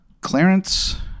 clarence